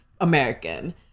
American